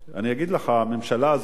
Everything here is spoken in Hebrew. אני אגיד לך: בממשלה הזאת,